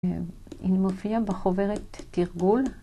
היא מופיעה בחוברת תרגול.